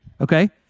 Okay